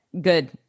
good